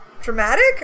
dramatic